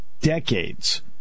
decades